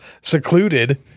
secluded